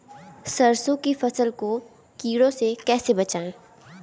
सरसों की फसल को कीड़ों से कैसे बचाएँ?